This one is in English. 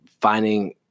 finding